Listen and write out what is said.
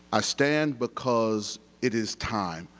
i stand because it is time.